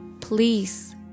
please